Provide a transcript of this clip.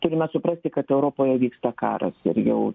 turime supranti kad europoje vyksta karas ir jau